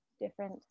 different